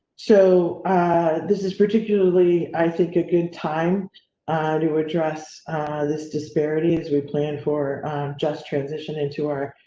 so this is particularly, i think, a good time to address this disparity as we plan for just transition into our,